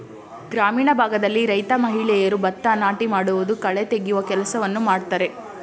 ಗ್ರಾಮೀಣ ಭಾಗದಲ್ಲಿ ರೈತ ಮಹಿಳೆಯರು ಭತ್ತ ನಾಟಿ ಮಾಡುವುದು, ಕಳೆ ತೆಗೆಯುವ ಕೆಲಸವನ್ನು ಮಾಡ್ತರೆ